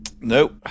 Nope